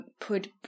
put